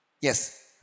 Yes